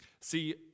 See